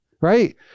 right